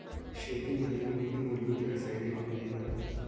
शेतीमध्ये कोणती मूलभूत रसायने वापरली जातात?